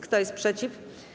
Kto jest przeciw?